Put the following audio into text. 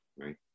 Right